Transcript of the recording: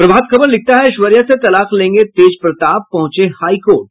प्रभात खबर लिखता है एश्वर्या से तलाक लेंगे तेज प्रताप पहुंचे हाई कोर्ट